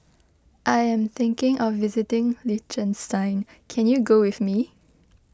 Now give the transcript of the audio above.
I am thinking of visiting Liechtenstein can you go with me